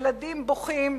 ילדים בוכים,